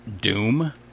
doom